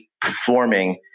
performing